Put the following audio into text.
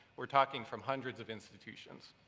we're talking from hundreds of institutions.